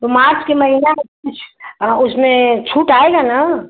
तो मार्च के महीना में कुछ उसमें छूट आएगा ना